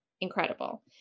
Incredible